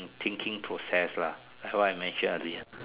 thinking process lah that's why I mention early